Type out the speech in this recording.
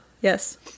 Yes